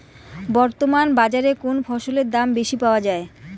বর্তমান বাজারে কোন ফসলের দাম বেশি পাওয়া য়ায়?